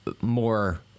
more